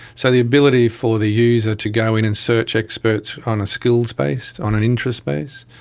so the ability for the user to go in and search experts on a skills base, on an interest base.